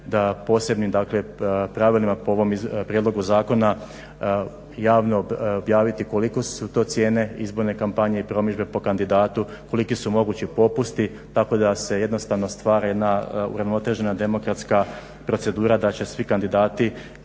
da posebnim pravilima po ovom prijedlogu zakona javno objaviti koliko su to cijene izborne kampanje i promidžbe po kandidatu, koliko su mogući postupati tako da se jednostavno stvori jedna uravnotežena demokratska procedura da će svi kandidati